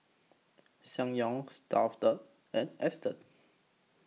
Ssangyong Stuff'd and Astons